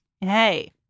hey